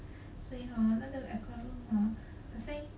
所以 hor 那个 aircraft are the same